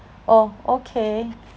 oh okay